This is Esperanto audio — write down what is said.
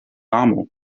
amo